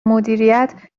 مدیریت